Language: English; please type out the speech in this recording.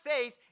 faith